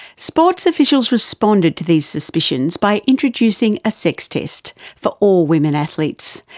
sports officials responded to these suspicions by introducing a sex test for all women athletes,